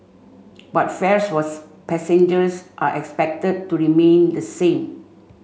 but fares was passengers are expected to remain the same